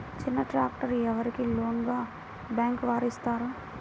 చిన్న ట్రాక్టర్ ఎవరికి లోన్గా బ్యాంక్ వారు ఇస్తారు?